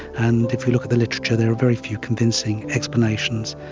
and if you look at the literature there are very few convincing explanations,